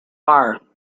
are